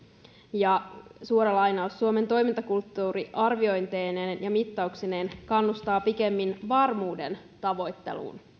ja suora lainaus suomen toimintakulttuuri arviointeineen ja mittauksineen kannustaa pikemmin varmuuden tavoitteluun